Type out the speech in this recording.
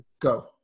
go